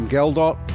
GelDot